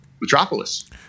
metropolis